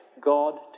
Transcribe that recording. God